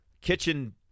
kitchen